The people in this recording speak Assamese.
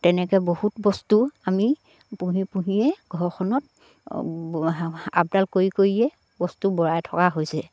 তেনেকে বহুত বস্তু আমি পুহি পুহিয়ে ঘৰখনত আপডাল কৰি কৰিয়ে বস্তু বঢ়াই থকা হৈছে